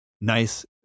nice